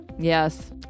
Yes